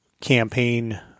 campaign